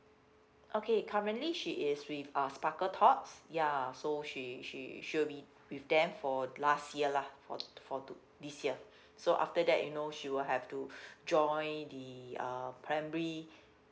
okay currently she is with uh sparkletots ya so she she she will be with them for the last year lah for to for to this year so after that you know she will have to join the uh primary